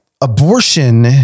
abortion